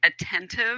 attentive